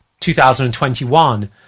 2021